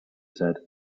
said